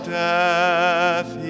death